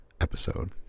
episode